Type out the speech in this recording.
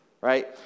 right